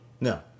No